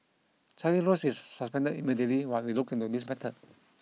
Charlie Rose is suspended immediately while we look into this matter